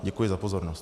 Děkuji za pozornost.